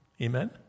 Amen